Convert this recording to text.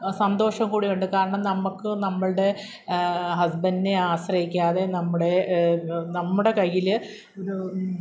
സന്തോഷം കൂടി ഉണ്ട് കാരണം നമ്മൾക്ക് നമ്മളുടെ ഹസ്ബൻ്റിനെ ആശ്രയിക്കാതെ നമ്മുടെ നമ്മുടെ കയ്യിൽ